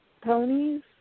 ponies